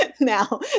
now